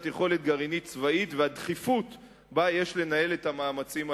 יכולת גרעינית צבאית והדחיפות שבה יש לנהל את המאמצים הללו.